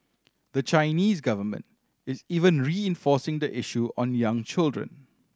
the Chinese government is even reinforcing the issue on young children